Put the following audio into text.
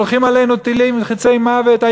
שולחים עלינו טילים וחצי מוות.